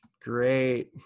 Great